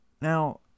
Now